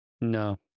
No